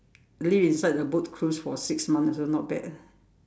live inside the boat cruise for six months also not bad ah